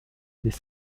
des